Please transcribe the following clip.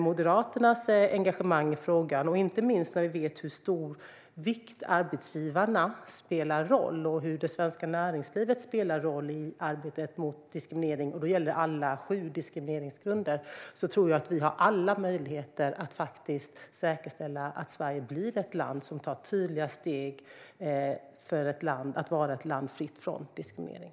Moderaterna har engagemang i frågan. Och inte minst vet vi hur stor roll arbetsgivarna och det svenska näringslivet spelar i arbetet mot diskriminering - det gäller alla sju diskrimineringsgrunder. Då tror jag att vi har alla möjligheter att säkerställa att Sverige blir ett land som tar tydliga steg mot att vara ett land fritt från diskriminering.